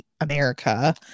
america